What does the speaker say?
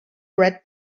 read